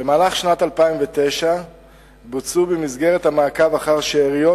במהלך שנת 2009 בוצעו במסגרת המעקב אחר שאריות